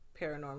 paranormal